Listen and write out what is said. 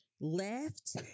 left